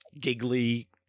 giggly